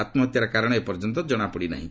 ଆତ୍ମହତ୍ୟାର କାରଣ ଏପର୍ଯ୍ୟନ୍ତ ଜଣାପଡ଼ି ନାହିଁ